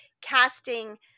casting